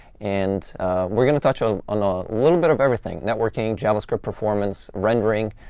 and we're going to touch ah on a little bit of everything, networking, javascript performance, rendering,